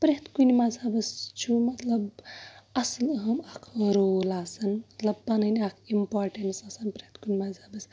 پرٛٮ۪تھ کُنہِ مَزہبَس چھُ مطلب اصٕل اَہم اکھ رول آسان مطلب پَنٕنۍ اکھ امپاٹنٕس آسان پرٛٮ۪تھ کُنہِ مَزہبَس